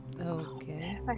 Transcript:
Okay